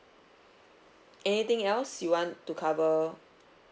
anything else you want to cover